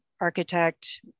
architect